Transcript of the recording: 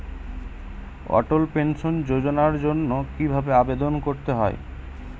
অটল pension যোজনার জন্য কি ভাবে আবেদন করতে হয়?